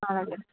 ആണല്ലേ